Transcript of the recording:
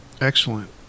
Excellent